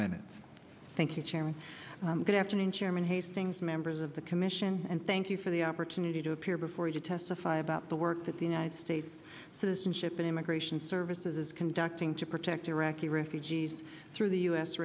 minutes thank you chairman good afternoon chairman hastings members of the commission and thank you for the opportunity to appear before you to testify about the work that the united states citizenship and immigration services is conducting to protect iraqi refugees through the u s